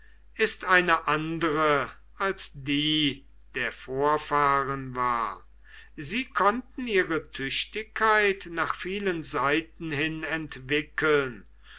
ist eine andere als die der vorfahren war sie konnten ihre tüchtigkeit nach vielen seiten hin entwickeln